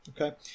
okay